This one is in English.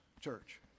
church